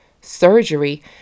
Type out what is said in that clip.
surgery